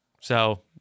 So-